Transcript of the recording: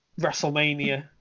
WrestleMania